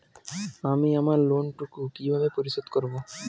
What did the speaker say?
আমি আমার লোন টুকু কিভাবে পরিশোধ করব?